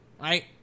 Right